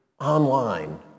online